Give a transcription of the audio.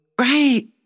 Right